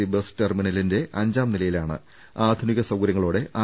C bus ടെർമിനലിന്റെ അഞ്ചാം നിലയിലാണ് ആധുനിക സൌകര്യങ്ങളോടെ ആർ